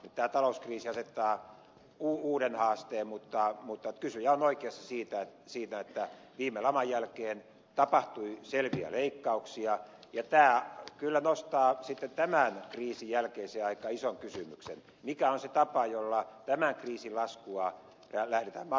tämä talouskriisi asettaa uuden haasteen mutta kysyjä on oikeassa siinä että viime laman jälkeen tapahtui selkeitä leikkauksia ja tämä kyllä nostaa sitten tämän kriisin jälkeiseen aikaan ison kysymyksen mikä on se tapa jolla tämän kriisin laskua lähdetään maksamaan